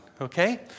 okay